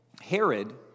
Herod